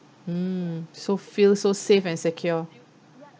mm so feel so safe and secure